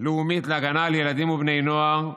לאומית להגנה על ילדים ובני נוער ברשת,